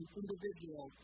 individual